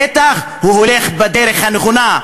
בטח הוא הולך בדרך הנכונה.